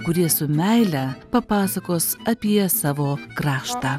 kurie su meile papasakos apie savo kraštą